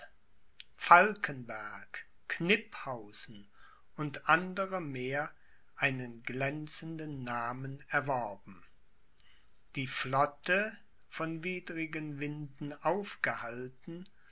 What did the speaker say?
falkenberg kniphausen und andere mehr einen glänzenden namen erworben die flotte von widrigen winden aufgehalten